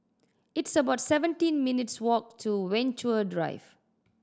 it's about seventeen minutes' walk to Venture Drive